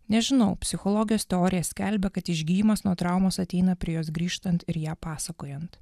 nežinau psichologijos teorija skelbia kad išgijimas nuo traumos ateina prie jos grįžtant ir ją pasakojant